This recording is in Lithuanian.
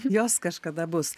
jos kažkada bus